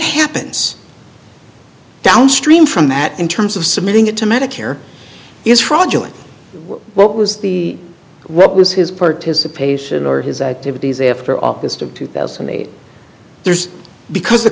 happens downstream from that in terms of submitting it to medicare is fraudulent what was the what was his participation or his activities after august of two thousand and eight there's because the